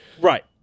Right